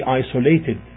isolated